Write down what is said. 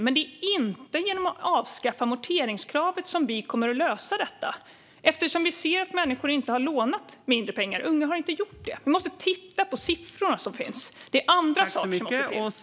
Men det är inte genom att avskaffa amorteringskravet som vi kommer att lösa detta, eftersom vi ser att människor inte har lånat mindre pengar. Unga har inte gjort det. Vi måste titta på siffrorna som finns. Det är andra saker som måste till.